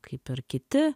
kaip ir kiti